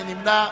מי נמנע?